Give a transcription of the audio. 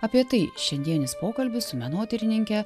apie tai šiandienis pokalbis su menotyrininke